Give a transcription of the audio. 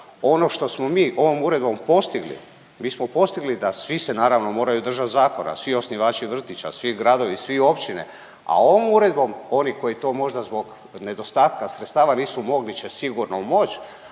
Ono što smo mi ovom uredbom postigli, mi smo postigli da svi se naravno moraju držati zakona, svi gradovi, općine, a ovom uredbom oni koji to možda zbog nedostatka sredstava nisu mogli će sigurno moći,